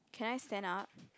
can I stand up